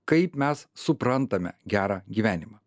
kaip mes suprantame gerą gyvenimą